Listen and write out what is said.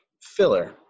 filler